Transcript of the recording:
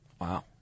Wow